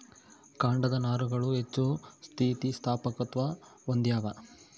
ಕಾಂಡದ ನಾರುಗಳು ಹೆಚ್ಚು ಸ್ಥಿತಿಸ್ಥಾಪಕತ್ವ ಹೊಂದ್ಯಾವ